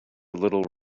little